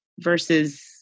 versus